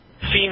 Female